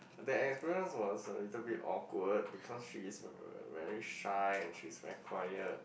that experience was a little bit awkward because she is uh very shy and she's very quiet